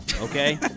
okay